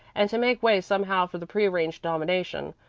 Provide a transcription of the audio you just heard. and to make way somehow for the prearranged nomination,